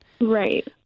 Right